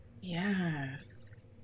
yes